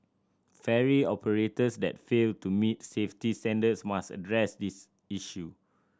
ferry operators that fail to meet safety standards must address this issue